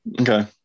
Okay